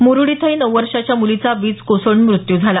मुरुड इथंही नऊ वर्षाच्या मुलीचा वीज कोसळून मृत्यू झाला